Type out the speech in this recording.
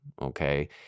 Okay